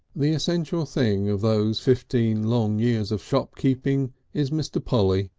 the essential thing of those fifteen long years of shopkeeping is mr. polly,